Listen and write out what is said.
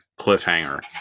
cliffhanger